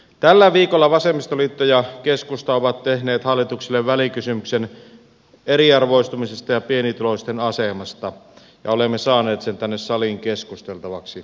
tällä viikolla vasemmistoliitto ja keskusta ovat tehneet hallitukselle välikysymyksen eriarvoistumisesta ja pienituloisten asemasta ja olemme saaneet sen tänne saliin keskusteltavaksi